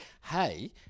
hey